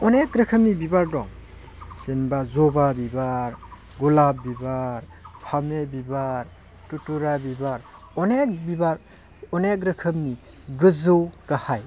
अनेक रोखोमनि बिबार दं जेनेबा जबा बिबार गलाप बिबार फामे बिबार दुथुरा बिबार अनेक बिबार अनेक रोखोमनि गोजौ गाहाय